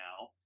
now